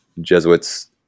Jesuits